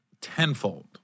tenfold